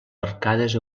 arcades